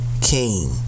king